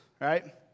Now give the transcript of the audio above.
right